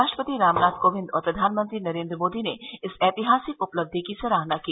राष्ट्रपति रामनाथ कोविंद और प्रधानमंत्री नरेन्द्र मोदी ने इस ऐतिहासिक उपलब्धि की सराहना की